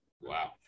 Wow